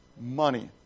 money